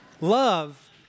Love